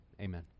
Amen